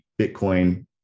Bitcoin